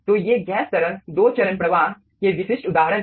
तो ये गैस तरल दो चरण प्रवाह के विशिष्ट उदाहरण हैं